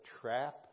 trap